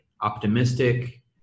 optimistic